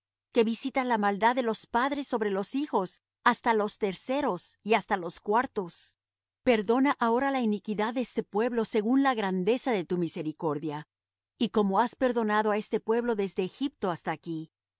que visita la maldad de los padres sobre los hijos hasta los terceros y hasta los cuartos perdona ahora la iniquidad de este pueblo según la grandeza de tu misericordia y como has perdonado á este pueblo desde egipto hasta aquí